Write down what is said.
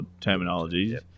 terminologies